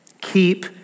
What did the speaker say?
Keep